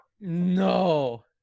No